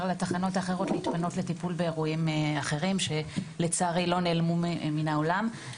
לתחנות האחרות להתפנות לטיפול באירועים אחרים שלצערי לא נעלמו מן העולם.